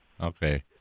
Okay